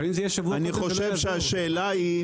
אני חושב שהשאלה היא,